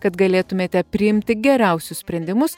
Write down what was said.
kad galėtumėte priimti geriausius sprendimus